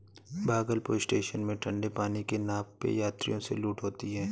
Bhagalpur station में ठंडे पानी के नाम पे यात्रियों से लूट होती है